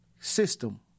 system